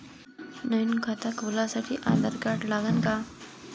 नवीन खात खोलासाठी आधार कार्ड लागन का?